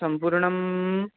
सम्पूर्णम्